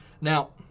Now